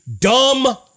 Dumb